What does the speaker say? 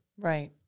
right